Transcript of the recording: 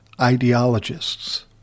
ideologists